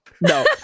No